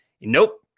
nope